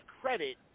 credit